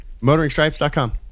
Motoringstripes.com